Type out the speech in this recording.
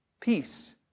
peace